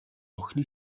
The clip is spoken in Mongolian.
охины